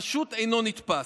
פשוט אינו נתפס.